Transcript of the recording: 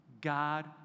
God